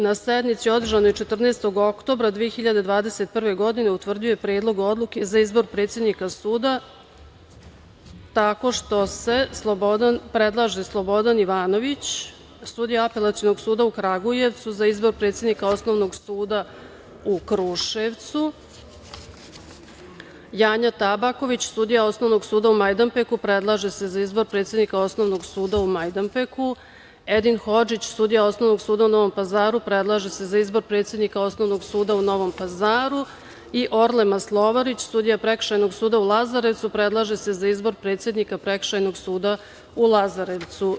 Na sednici održanoj 14. oktobra 2021. godine utvrdio je Predlog odluke za izbor predsednika suda tako što se predlaže Slobodan Ivanović, sudija Apelacionog suda u Kragujevcu za izbor predsednika Osnovnog suda u Kruševcu, Janja Tabaković, sudija Osnovnog suda u Majdanpeku, predlaže se za izbor predsednika Osnovnog suda u Majdanpeku, Edin Hodžić, sudija osnovnog suda u Novom Pazar, predlaže se za izbor predsednika Osnovnog suda u Novom Pazaru i Orle Maslovarić, sudija Prekršajnog suda u Lazarevcu predlaže se za izbor predsednika Prekršajnog suda u Lazarevcu.